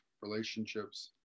relationships